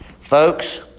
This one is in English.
Folks